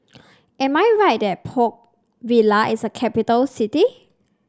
am I right that Port Vila is a capital city